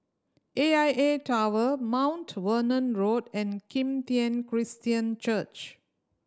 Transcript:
A I A Tower Mount Vernon Road and Kim Tian Christian Church